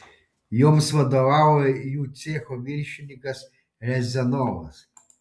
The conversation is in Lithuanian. joms vadovavo jų cecho viršininkas riazanovas